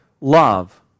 love